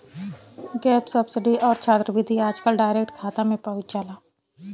gas subsidy आउर छात्रवृत्ति आजकल डायरेक्ट खाता में पहुंच जाला